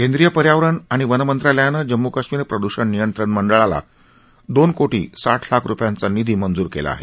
केंद्रीय पर्यावरण आणि वन मंत्रालयानं जम्मू कश्मीर प्रदूषण नियंत्रण मंडळाला दोन कोटी साठ लाख रुपयांचा निधी मंजूर केला आहे